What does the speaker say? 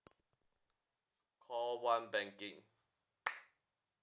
call one banking